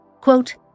Quote